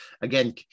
again